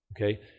Okay